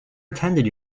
attended